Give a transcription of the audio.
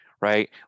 right